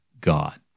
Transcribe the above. God